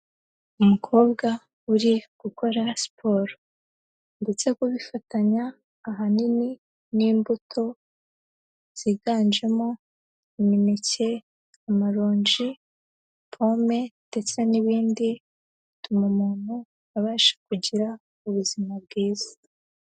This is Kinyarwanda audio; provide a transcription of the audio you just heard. Umukobwa uri gukora siporo, ndetse kubifatanya ahanini n'imbuto, ziganjemo imineke, amaronji, pome, ndetse n'ibindi, bituma umuntu abasha kugira ubuzima bwiza.